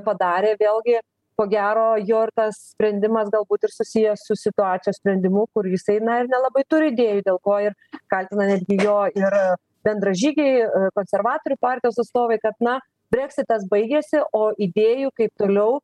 padarė vėlgi ko gero jo ir tas sprendimas galbūt ir susijęs su situacijos sprendimu kur jisai na ir nelabai turi idėjų dėl ko ir kaltina netgi jo ir bendražygiai konservatorių partijos atstovai kad na breksitas baigėsi o idėjų kaip toliau